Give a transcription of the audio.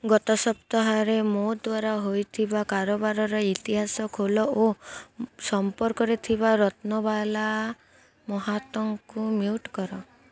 ଗତ ସପ୍ତାହରେ ମୋ ଦ୍ୱାରା ହୋଇଥିବା କାରବାରର ଇତିହାସ ଖୋଲ ଓ ସମ୍ପର୍କରେ ଥିବା ରତ୍ନବାଲା ମହାତଙ୍କୁ ମ୍ୟୁଟ୍ କର